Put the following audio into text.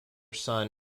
son